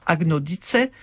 Agnodice